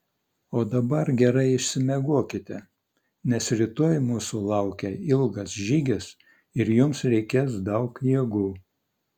o dabar gerai išsimiegokite nes rytoj mūsų laukia ilgas žygis ir jums reikės daug jėgų